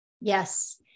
Yes